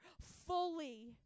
fully